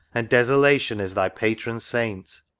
and desolation is thy patron-saint!